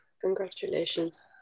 Congratulations